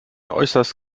äußerst